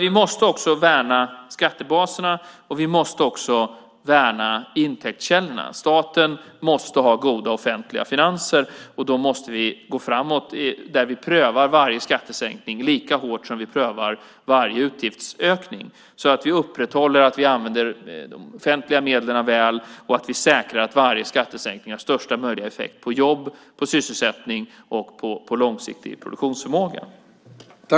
Vi måste alltså värna skattebaserna, och vi måste också värna intäktskällorna. Staten måste ha goda offentliga finanser. Vi måste därför gå framåt och pröva varje skattesänkning lika hårt som vi prövar varje utgiftsökning så att vi upprätthåller en god användning av de offentliga medlen och säkrar att varje skattesänkning har största möjliga effekt på jobb, sysselsättning och långsiktig produktionsförmåga.